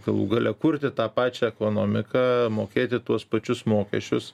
galų gale kurti tą pačią ekonomiką mokėti tuos pačius mokesčius